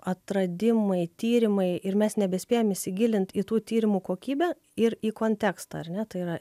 atradimai tyrimai ir mes nebespėjam įsigilint į tų tyrimų kokybę ir į kontekstą ar ne tai yra